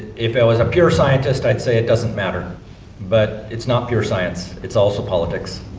if i was a pure scientist i'd say it doesn't matter but it's not pure science, it's also politics.